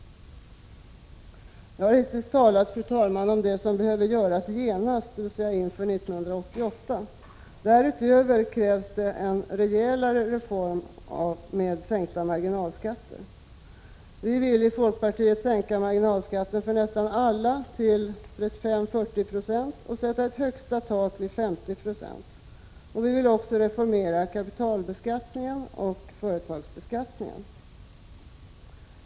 Jag har hittills talat om vad som behöver göras genast, dvs. inför 1988. Därutöver krävs en rejälare reform med sänkning av marginalskatterna. Vi i folkpartiet vill sänka marginalskatten för nästan alla till 35-40 20 och sätta ett högsta tak vid 50 96. Vi vill också reformera kapitalbeskattningen och företagsbeskattningen.